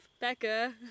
becca